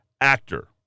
actor